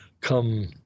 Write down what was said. come